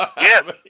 Yes